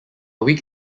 week